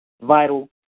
vital